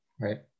right